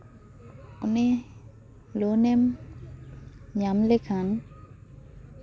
ᱩᱱᱤ ᱞᱳᱱᱮᱢ ᱧᱟᱢ ᱞᱮᱠᱷᱟᱱ